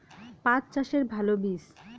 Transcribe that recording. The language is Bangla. পাঠ চাষের ভালো বীজ?